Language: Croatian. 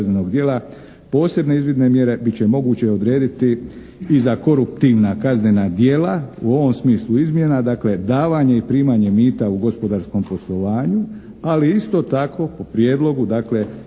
posebne izvidne mjere bit će moguće odrediti i za koruptivna kaznena djela u ovom smislu izmjena dakle davanje i primanje mita u gospodarskom poslovanju, ali isto tako po prijedlogu dakle